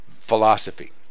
philosophy